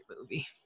movie